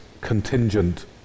contingent